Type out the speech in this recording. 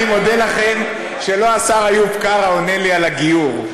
אני מודה לכם שלא השר איוב קרא עונה לי על הגיור,